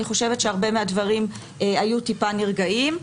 אני חושבת שהרבה מהדברים היו טיפה נרגעים.